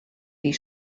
die